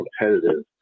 competitive